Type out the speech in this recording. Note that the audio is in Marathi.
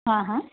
हां हां